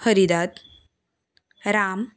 Haridatt Ram